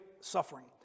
suffering